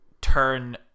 turn